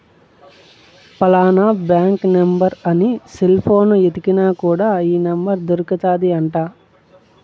ఫలానా bank number అని cell పోనులో ఎతికిన కూడా ఈ నెంబర్ దొరుకుతాది అంట